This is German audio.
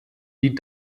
die